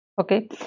okay